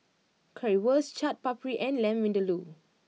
Currywurst Chaat Papri and Lamb Vindaloo